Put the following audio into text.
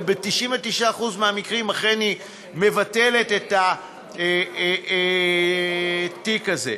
וב-99% מהמקרים אכן היא מבטלת את התיק הזה.